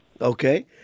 Okay